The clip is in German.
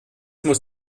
muss